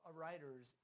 writers